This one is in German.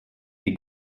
sind